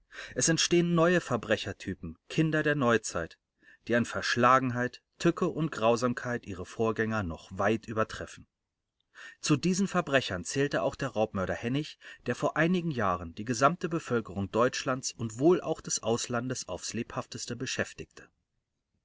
es entstehen neue verbrechertypen kinder der neuzeit die an verschlagenheit tücke und grausamkeit ihre vorgänger noch weit übertreffen zu diesen verbrechern zählte auch der raubmörder hennig der vor einigen jahren die gesamte bevölkerung deutschlands und wohl auch des auslandes aufs lebhafteste beschäftigte